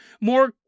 more